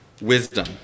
wisdom